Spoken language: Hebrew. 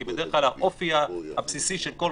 כי בדרך כלל האופי הבסיסי של כל